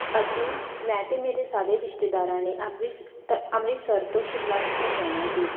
ਅਸੀਂ ਮੈਂ ਅਤੇ ਮੇਰੇ ਸਾਰੇ ਰਿਸ਼ਤੇਦਾਰਾਂ ਨੇ ਅੰਮ੍ਰਿਸ ਤ ਅੰਮ੍ਰਿਤਸਰ ਤੋਂ ਸ਼ਿਮਲਾ ਘੁੰਮਣ ਜਾਣਾ ਸੀ